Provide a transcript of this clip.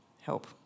help